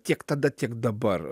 tiek tada tiek dabar